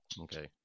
okay